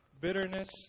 bitterness